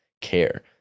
care